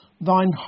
thine